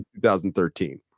2013